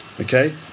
Okay